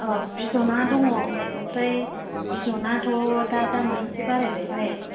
औ बिदना दङ ओमफ्राय बिदनाथ' दा दामा एसे बाराय बायहाय